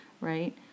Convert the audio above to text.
right